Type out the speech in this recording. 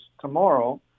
tomorrow